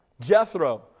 Jethro